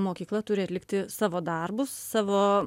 mokykla turi atlikti savo darbus savo